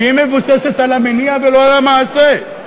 שמבוססת על המניע ולא על המעשה,